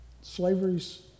slavery's